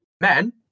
men